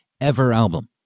EverAlbum